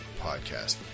podcast